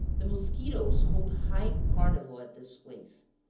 the musquitoes hold high carnival at this place.